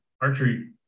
archery